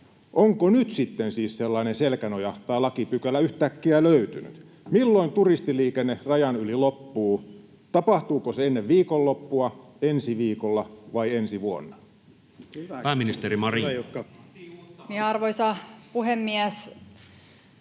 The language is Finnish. Onko nyt sitten siis sellainen selkänoja tai lakipykälä yhtäkkiä löytynyt? Milloin turistiliikenne rajan yli loppuu? Tapahtuuko se ennen viikonloppua, ensi viikolla vai ensi vuonna? Pääministeri Marin. Arvoisa puhemies!